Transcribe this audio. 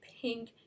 pink